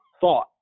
thought